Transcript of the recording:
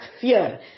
fear